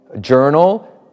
journal